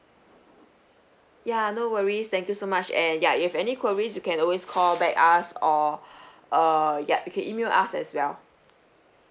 ya no worries thank you so much and ya if you've any queries you can always call back us or err ya you can email us as well